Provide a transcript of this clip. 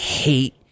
hate